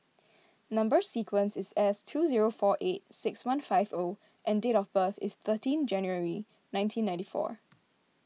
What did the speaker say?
Number Sequence is S two zero four eight six one five O and date of birth is thirteen January nineteen ninety four